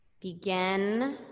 Begin